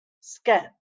scan